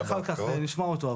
אחר כך נשמע אותו.